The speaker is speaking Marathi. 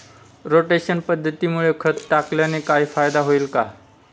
रोटेशन पद्धतीमुळे खत टाकल्याने काही फायदा होईल का?